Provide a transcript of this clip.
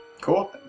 Cool